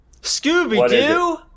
Scooby-Doo